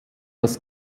das